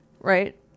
right